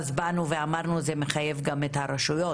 ואז באנו ואמרנו, זה מחייב גם את הרשויות.